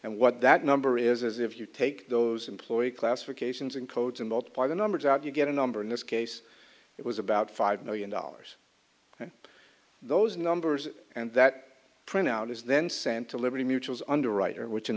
and what that number is is if you take those employee classifications and codes and multiply the numbers out you get a number in this case it was about five million dollars those numbers and that printout is then sent to liberty mutual's underwriter which in